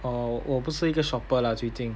oh 我不是一个 shopper lah 最近